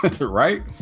right